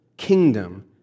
kingdom